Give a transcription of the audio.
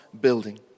building